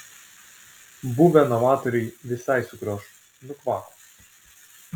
buvę novatoriai visai sukriošo nukvako